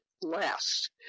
last